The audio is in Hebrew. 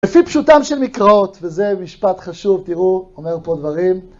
לפי פשוטם של מקראות, וזה משפט חשוב, תראו, אומר פה דברים.